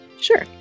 Sure